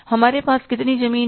हमारे पास कितनी ज़मीन है